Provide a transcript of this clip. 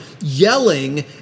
yelling